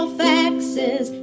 faxes